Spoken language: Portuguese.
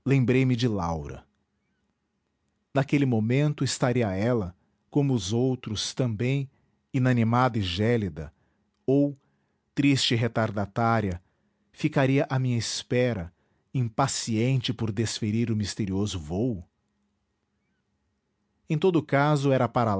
laura naquele momento estaria ela como os outros também inanimada e gélida ou triste retardatária ficaria a minha espera impaciente por desferir o misterioso vôo em todo o caso era para